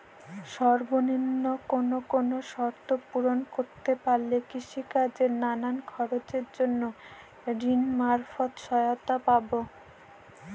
সর্বনিম্ন কোন কোন শর্ত পূরণ করতে পারলে কৃষিকাজের নানান খরচের জন্য ঋণ মারফত সহায়তা পাব?